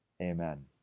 Amen